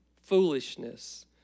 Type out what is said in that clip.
Foolishness